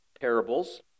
parables